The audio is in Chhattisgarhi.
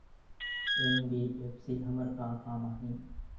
एन.बी.एफ.सी हमर का काम आही?